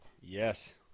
Yes